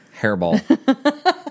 Hairball